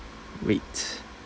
wait